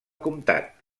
comtat